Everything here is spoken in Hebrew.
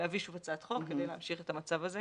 להביא שוב הצעת חוק כדי להמשיך את המצב הזה,